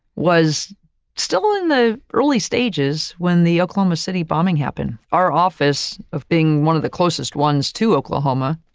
was still in the early stages, when the oklahoma city bombing happened, our office of being one of the closest ones to oklahoma,